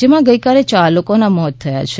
રાજ્યમાં ગઇકાલે ચાર લોકોના મોત થયા છે